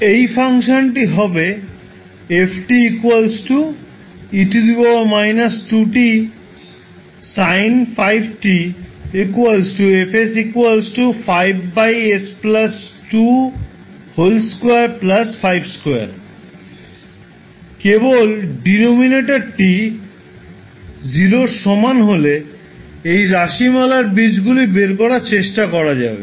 এই ফাংশনটি হবে কেবল ডিনোমিনেটরটি 0 এর সমান হলে এই রাশিমালার বীজগুলি বের করার চেষ্টা করা যাবে